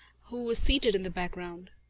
who was seated in the background.